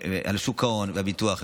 על שוק ההון והביטוח.